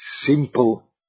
simple